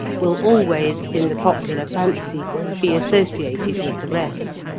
will always in the popular fancy be associated with the rest.